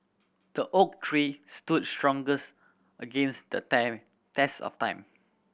the oak tree stood strongest against the time test of time